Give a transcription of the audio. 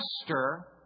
master